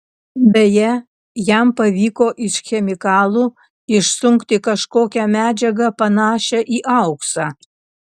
beje jam pavyko iš chemikalų išsunkti kažkokią medžiagą panašią į auksą